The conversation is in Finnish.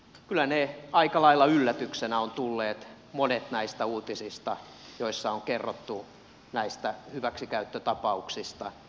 kyllä aika lailla yllätyksenä ovat tulleet monet näistä uutisista joissa on kerrottu näistä hyväksikäyttötapauksista